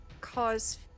cause